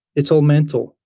it's all mental.